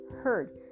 heard